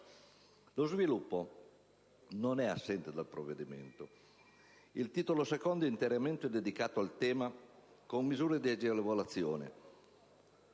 Lo sviluppo non è assente dal provvedimento. Il titolo secondo è interamente dedicato al tema, con misure di agevolazione